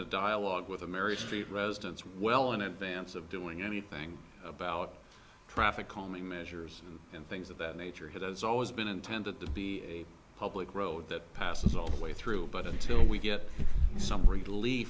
a dialogue with ameri street residents well in advance of doing anything about traffic calming measures and things of that nature has always been intended to be a public road that passes all the way through but until we get some relief